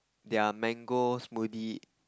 their mango smoothie